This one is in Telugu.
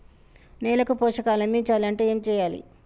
నేలకు పోషకాలు అందించాలి అంటే ఏం చెయ్యాలి?